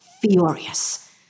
furious